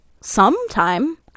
sometime